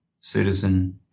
citizen